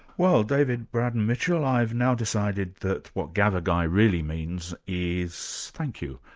well david braddon-mitchell, i've now decided that what gavagai really means is thank you.